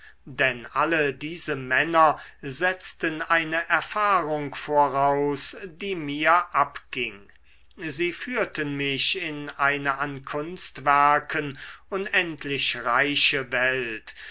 denn alle diese männer setzten eine erfahrung voraus die mir abging sie führten mich in eine an kunstwerken unendlich reiche welt